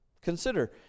Consider